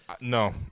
no